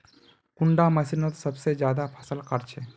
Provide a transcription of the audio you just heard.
कुंडा मशीनोत सबसे ज्यादा फसल काट छै?